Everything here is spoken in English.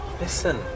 Listen